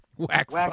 Wax